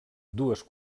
dues